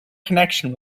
connection